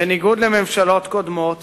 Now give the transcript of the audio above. בניגוד לממשלות קודמות